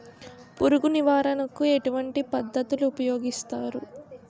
పురుగు నివారణ కు ఎటువంటి పద్ధతులు ఊపయోగిస్తారు?